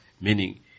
meaning